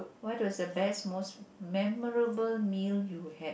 what does the best most memorable meal you had